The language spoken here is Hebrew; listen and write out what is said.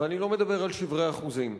ואני לא מדבר על שברי אחוזים.